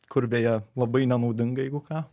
kur beje labai nenaudinga jeigu ką